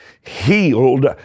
healed